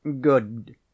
good